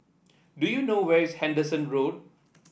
do you know where is Henderson Road